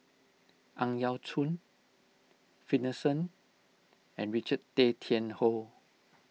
Ang Yau Choon Finlayson and Richard Tay Tian Hoe